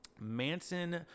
Manson